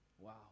Wow